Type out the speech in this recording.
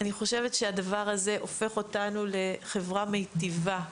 אני חושבת שהדבר הזה הופך אותנו לחברה מיטיבה,